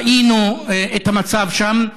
ראינו את המצב שם.